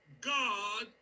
God